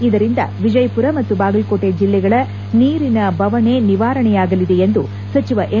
ಇದರಿಂದ ವಿಜಯಪುರ ಮತ್ತು ಬಾಗಲಕೋಟೆ ಜಿಲ್ಲೆಗಳ ನೀರಿನ ಬವಣೆ ನಿವಾರಣೆಯಾಗಲಿದೆ ಎಂದು ಸಚಿವ ಎಂ